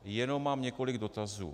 Jenom mám několik dotazů.